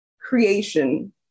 creation